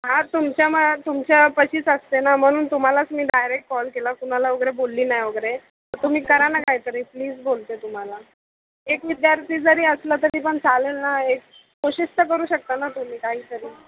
हां तुमच्या मा तुमच्यापाशीच असते ना म्हणून तुम्हालाच मी डायरेक कॉल केला कुणाला वगैरे बोलली नाही वगैरे तुम्ही करा ना काहीतरी प्लिज बोलते तुम्हाला एक विद्यार्थी जरी असला तरी पण चालेल ना एक कोशिश तर करू शकता ना तुम्ही काहीतरी